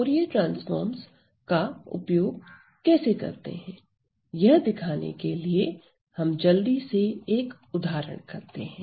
Fourier transforms का उपयोग कैसे करते हैं यह दिखाने के लिए हम जल्दी से एक उदाहरण करते हैं